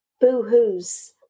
boo-hoos